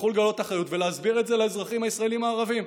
תצטרכו לגלות אחריות ולהסביר את זה לאזרחים הישראלים הערבים,